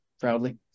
proudly